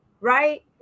Right